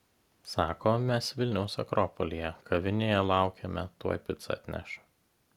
sako mes vilniaus akropolyje kavinėje laukiame tuoj picą atneš